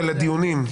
של הדיונים.